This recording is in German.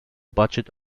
budget